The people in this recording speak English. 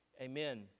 Amen